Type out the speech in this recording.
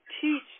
teach